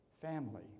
family